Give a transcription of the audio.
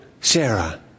Sarah